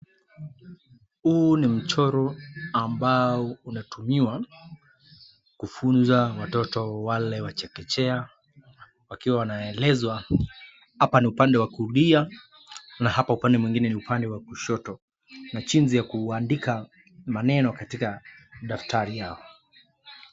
Huu ni mchoro ambao unatumiwa, kufunza watoto wale wa chekechea wakiwa wanaelezwa hapa ni upande wakulia, na hapa ni upande mwingine ni upande wa kushoto na jinsi ya kuandika maneno kwa daftari yao.